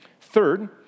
Third